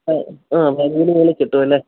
ആ ആ മുകളിൽ കിട്ടും അല്ലേ